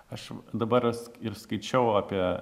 aš dabar ir skaičiau apie